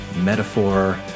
metaphor